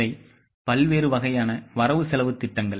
இவை பல்வேறு வகையான வரவு செலவுத் திட்டங்கள்